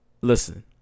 Listen